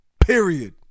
period